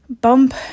bump